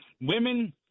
women